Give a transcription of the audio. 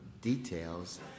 details